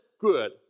good